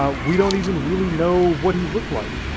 um we don't even really know what he looked like.